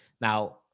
now